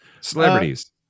Celebrities